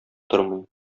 тормый